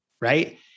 right